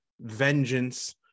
vengeance